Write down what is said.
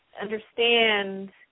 understand